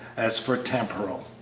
as for temporal.